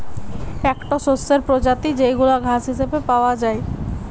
একটো শস্যের প্রজাতি যেইগুলা ঘাস হিসেবে পাওয়া যায়